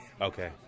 Okay